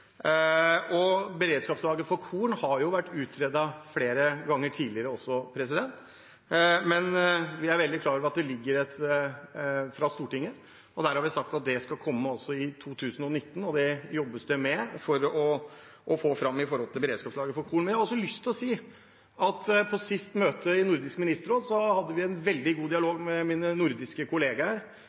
for korn har vært utredet flere ganger tidligere, men vi er veldig klar over at det ligger inne en bestilling fra Stortinget. Vi har sagt at dette skal komme i 2019, dette jobbes det med for å få fram beredskapslager for korn. Jeg har også lyst til å si at på sist møte i Nordisk ministerråd hadde vi en veldig god dialog med våre nordiske kollegaer,